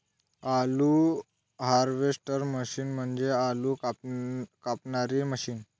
आलू harvester machine म्हणजे आलू कापणारी मशीन